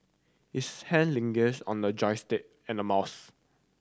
his hand lingered on a joystick and a mouse